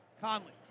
Conley